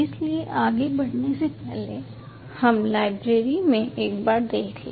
इसलिए आगे बढ़ने से पहले हम लाइब्रेरी में एक बार देख लें